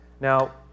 Now